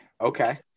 Okay